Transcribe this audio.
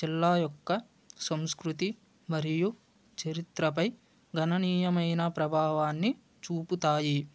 జిల్లా యొక్క సంస్కృతి మరియు చరిత్రపై గణనీయమైన ప్రభావాన్ని చూపుతాయి